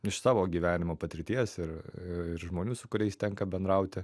iš savo gyvenimo patirties ir ir žmonių su kuriais tenka bendrauti